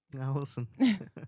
Awesome